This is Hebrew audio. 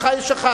הלכה יש אחת.